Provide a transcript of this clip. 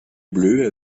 bleue